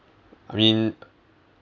I mean